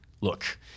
look